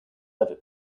have